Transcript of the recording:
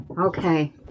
okay